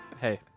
Hey